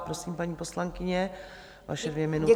Prosím, paní poslankyně, vaše dvě minuty.